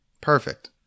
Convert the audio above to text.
Perfect